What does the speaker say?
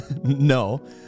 No